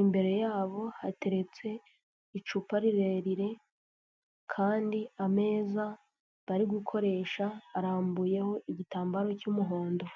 imbere yabo hateretse icupa rirerire kandi ameza bari gukoresha arambuyeho igitambaro cy'umuhondo.